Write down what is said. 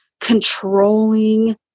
controlling